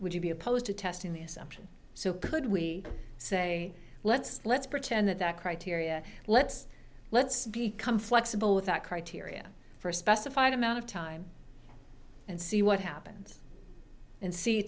would you be opposed to testing the assumption so could we say let's let's pretend that that criteria let's let's come flexible with that criteria for a specified amount of time and see what happens and see